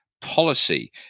policy